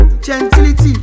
gentility